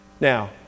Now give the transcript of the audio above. Now